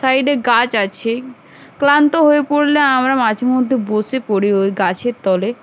সাইডে গাছ আছে ক্লান্ত হয়ে পড়লে আমরা মাঝে মধ্যে বসে পড়ি ওই গাছের তলে